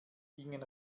gingen